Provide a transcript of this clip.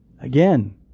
Again